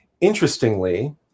Interestingly